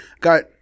got